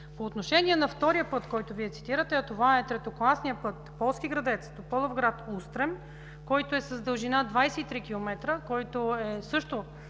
По отношение на втория път, който Вие цитирате – третокласния път Полски Градец – Тополовград – Устрем, който е с дължина 23 км и също